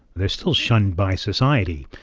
they're still shunned by society.